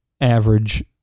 average